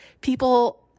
people